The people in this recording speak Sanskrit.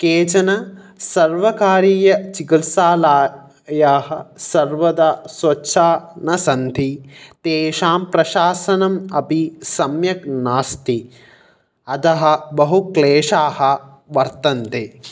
केचन सर्वकारीयचिकित्सालायाः सर्वदा स्वच्छा न सन्ति तेषां प्रशासनम् अपि सम्यक् नास्ति अतः बहु क्लेशाः वर्तन्ते